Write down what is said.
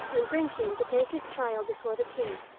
and bring him to take his trial before the king.